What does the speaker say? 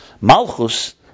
Malchus